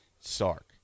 Sark